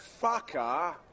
fucker